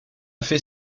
fait